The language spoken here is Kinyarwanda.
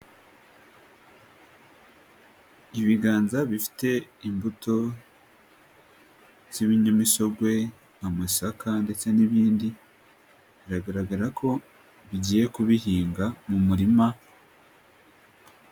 Ibiganza bifite imbuto z'ibinyamisogwe amasaka ndetse n'ibindi biragaragara ko bigiye kubihinga mu murima.